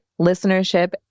listenership